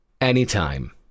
Anytime